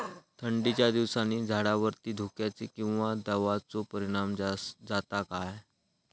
थंडीच्या दिवसानी झाडावरती धुक्याचे किंवा दवाचो परिणाम जाता काय?